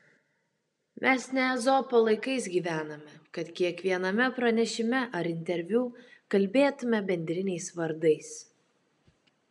mes ne ezopo laikais gyvename kad kiekviename pranešime ar interviu kalbėtume bendriniais vardais